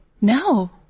No